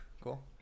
cool